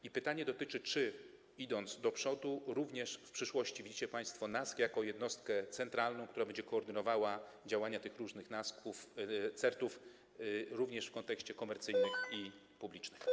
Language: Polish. I pytanie: Czy, idąc do przodu, również w przyszłości widzicie państwo NASK jako jednostkę centralną, która będzie koordynowała działania tych różnych CERT-ów również w kontekście komercyjnych i publicznych?